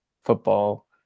football